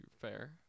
fair